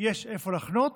יש איפה לחנות